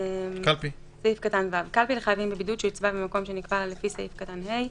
"(ו)קלפי לחייבים בבידוד שהוצבה במקום שנקבע לה לפי סעיף קטן (ה),